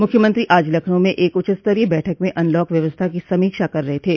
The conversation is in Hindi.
मुख्यमंत्री आज लखनऊ में एक उच्चस्तरीय बैठक में अनलॉक व्यवस्था की समीक्षा कर रहे थे